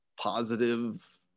positive